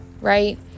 right